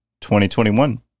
2021